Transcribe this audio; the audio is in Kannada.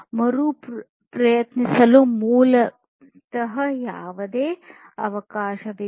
ಮರುಪ್ರಯತ್ನಿಸಲು ಮೂಲತಃ ಯಾವುದೇ ಅವಕಾಶವಿಲ್ಲ